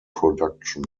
production